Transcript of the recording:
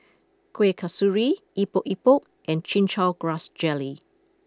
Kuih Kasturi Epok Epok and Chin Chow Grass Jelly